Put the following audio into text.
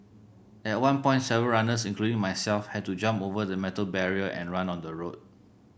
at one point several runners including myself had to jump over the metal barrier and run on the road